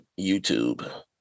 YouTube